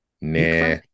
nah